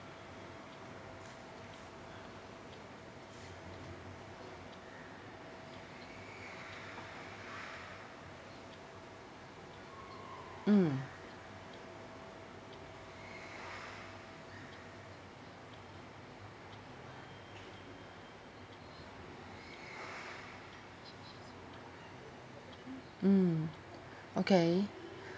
mm mm okay